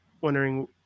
wondering